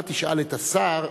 אתה תשאל את השר.